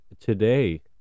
today